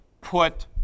put